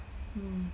mm